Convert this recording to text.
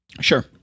Sure